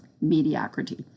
mediocrity